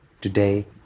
Today